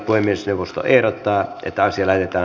puhemiesneuvosto ehdottaa että